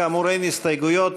כאמור, אין הסתייגויות.